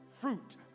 fruit